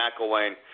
McElwain